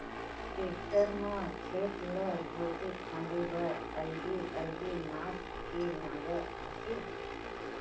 tractor म खेत ला जोते फांदे बर अलगे अलगे नास के नांगर आथे